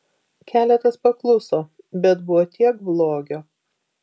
keletas pakluso bet buvo tiek blogio